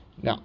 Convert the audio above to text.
Now